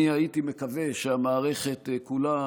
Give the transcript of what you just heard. אני הייתי מקווה שהמערכת כולה,